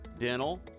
dental